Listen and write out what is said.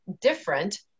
different